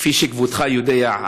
כפי שכבודך יודע,